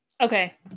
okay